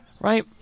Right